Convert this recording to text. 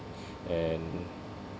and